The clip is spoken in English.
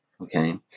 Okay